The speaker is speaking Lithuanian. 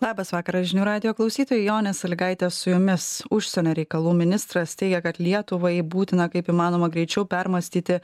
labas vakaras žinių radijo klausytojai jonė salygaitė su jumis užsienio reikalų ministras teigia kad lietuvai būtina kaip įmanoma greičiau permąstyti